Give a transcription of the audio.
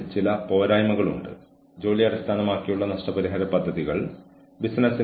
അത് അവരുടെ കരിയറിൽ കൂടുതൽ മുന്നോട്ട് പോകാൻ അവരെ പ്രചോദിപ്പിക്കും